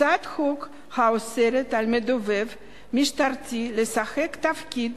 הצעת חוק האוסרת על מדובב משטרתי לשחק תפקיד